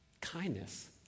Kindness